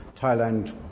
Thailand